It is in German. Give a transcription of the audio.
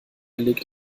legt